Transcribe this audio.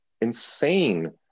insane